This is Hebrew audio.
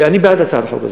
אני בעד הצעת חוק כזאת,